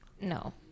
No